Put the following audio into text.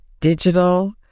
digital